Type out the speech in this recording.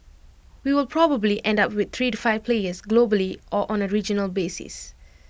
we will probably end up with three to five players globally or on A regional basis